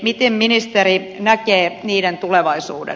miten ministeri näkee niiden tulevaisuuden